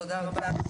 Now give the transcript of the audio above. תודה רבה.